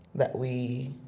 that we